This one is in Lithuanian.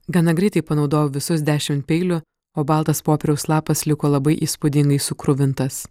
gana greitai panaudojau visus dešimt peilių o baltas popieriaus lapas liko labai įspūdingai sukruvintas